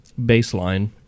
baseline